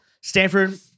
Stanford